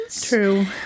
True